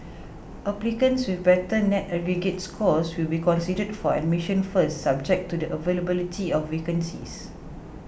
applicants with better net aggregate scores will be considered for admission first subject to the availability of vacancies